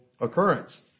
occurrence